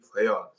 playoffs